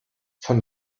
von